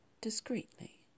discreetly